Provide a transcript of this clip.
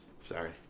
Sorry